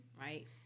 right